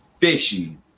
fishy